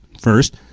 First